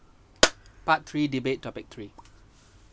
part three debate topic three